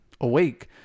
awake